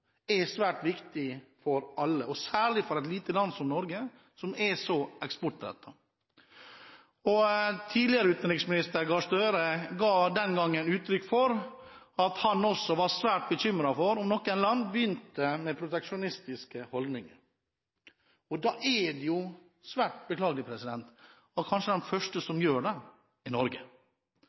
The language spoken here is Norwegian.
er svært viktig for alle, og særlig for et lite land som Norge som er så eksportrettet. Tidligere utenriksminister Gahr Støre ga den gangen uttrykk for at han også var svært bekymret for om noen land begynte å innta proteksjonistiske holdninger. Da er det svært beklagelig at kanskje den første som gjør det, er Norge.